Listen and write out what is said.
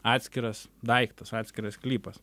atskiras daiktas atskiras sklypas